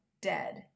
dead